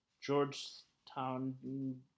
Georgetown